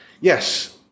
yes –